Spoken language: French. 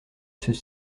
ceux